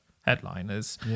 headliners